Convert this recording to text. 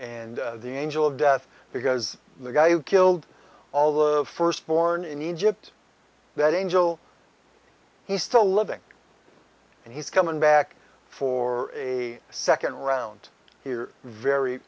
and the angel of death because the guy who killed all the firstborn in egypt that angel he's still living and he's coming back for a second round here very